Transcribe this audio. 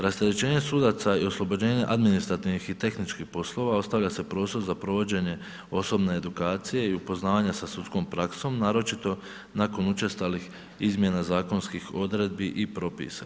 Rasterećenje sudaca i oslobođenje administrativnih i tehničkih poslova, ostavlja se prostor za provođenje osobne edukacije i upoznavanja sa sudskom praksom, naročito nakon učestalih izmjena zakonskih odredbi i propisa.